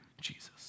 Jesus